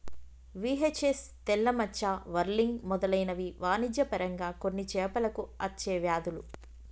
VHS, తెల్ల మచ్చ, whirling మెదలైనవి వాణిజ్య పరంగా కొన్ని చేపలకు అచ్చే వ్యాధులు